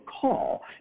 call